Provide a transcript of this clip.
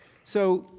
so,